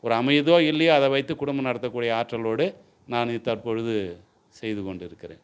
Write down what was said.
ஒரு அமையுதோ இல்லையோ அதை வைத்து குடும்பம் நடத்தக்கூடிய ஆற்றலோடு நான் தற்பொழுது செய்துகொண்டிருக்கிறேன்